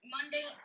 Monday